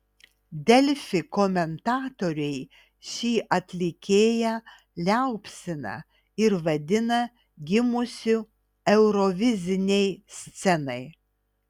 delfi komentatoriai šį atlikėją liaupsina ir vadina gimusiu eurovizinei scenai